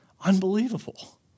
unbelievable